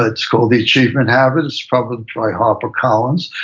ah it's called the achievement habit. it's published by harper collins,